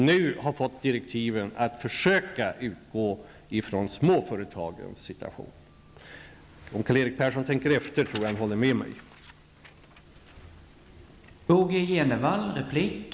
Nu står det i direktiven att man skall försöka utgå ifrån småföretagens situation. Om Karl-Erik Persson tänker efter, så tror jag att han kommer att hålla med mig.